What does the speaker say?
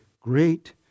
great